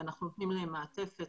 אנחנו נותנים להם מעטפת,